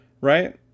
right